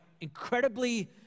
incredibly